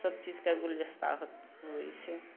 सबचीजके गुलदस्ता हुवै छै